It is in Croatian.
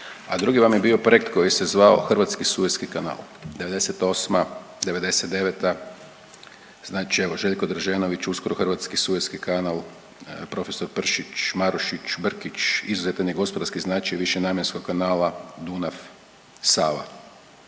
a drugi vam je bio projekt koji se zvao Hrvatski Sueski kanal, '98., '99., znat će evo, Željko Draženović, uskoro Hrvatski Sueski kanal, profesor Pršić, Marušić, Brkić, izuzetan je gospodarski značaj višenamjenskog kanala Dunav-Sava.